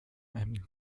einem